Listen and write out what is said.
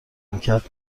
میکرد